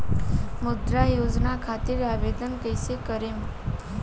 मुद्रा योजना खातिर आवेदन कईसे करेम?